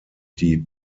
die